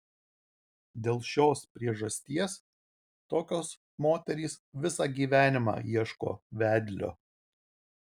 dėl šios priežasties tokios moterys visą gyvenimą ieško vedlio